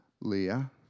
Leah